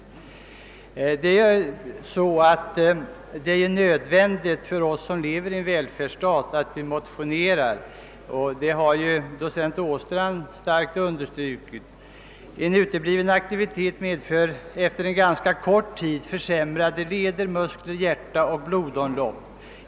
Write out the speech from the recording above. Det är nödvändigt för oss som lever i en välfärdsstat att motionera. Detta har docent P.-O. Åstrand kraftigt understrukit. En utebliven aktivitet medför efter ganska kort tid försämringar av leder, muskler, hjärta och blodomlopp.